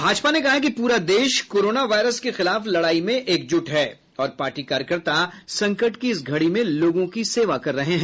भाजपा ने कहा है कि पूरा देश कोरोना वायरस के खिलाफ लड़ाई में एकजूट है और पार्टी कार्यकर्ता संकट की इस घड़ी में लोगों की सेवा कर रहे हैं